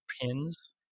pins